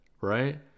right